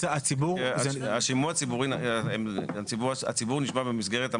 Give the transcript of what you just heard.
השימוע הציבור, הציבור נשמע במסגרת,